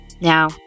Now